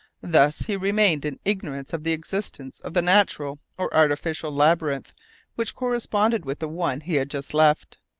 thus he remained in ignorance of the existence of the natural or artificial labyrinth which corresponded with the one he had just left,